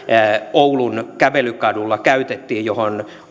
oulun kävelykadulla käytettiin ja mihin